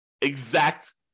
exact